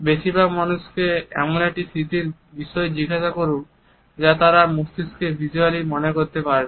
বেশির ভাগ মানুষকে এমন একটি স্মৃতির বিষয়ে জিজ্ঞেস করুন যা তারা মস্তিষ্কে ভিসুয়ালি মনে করতে পারবে